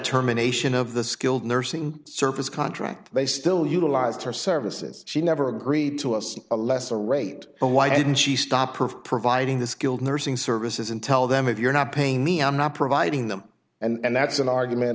terminations of the skilled nursing service contract they still utilized her services she never agreed to us a lesser rate and why didn't she stop or for providing the skilled nursing services and tell them if you're not paying me i'm not providing them and that's an argument